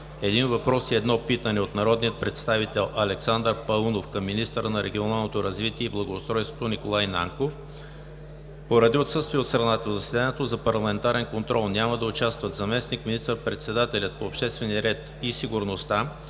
един въпрос и едно питане от народния представител Александър Паунов към министъра на регионалното развитие и благоустройството Николай Нанков. Поради отсъствие от страната в заседанието за парламентарен контрол няма да участват заместник министър-председателят по обществения ред и сигурността